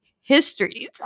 histories